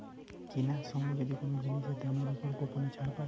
কিনার সময় যদি কোন জিনিসের দামের উপর কুপনের ছাড় পায়